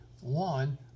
one